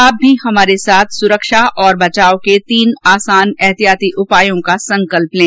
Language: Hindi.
आप भी हमारे साथ सुरक्षा और बचाव के तीन आसान एहतियाती उपायों का संकल्प लें